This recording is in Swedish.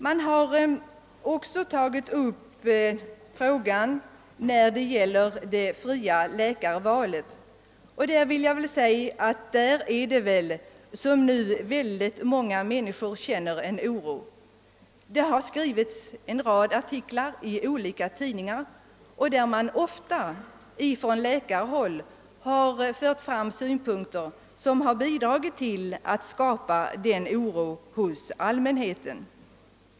Man har i motionerna I: 1085 och II: 1256 också tagit upp frågan om det fria läkarvalet. På den punkten känner många människor oro. Det har skrivits en rad artiklar i olika tidningar där det, ofta från läkarhåll, har förts fram synpunkter som har bidragit till att skapa denna oro hos allmänheten.